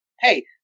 Hey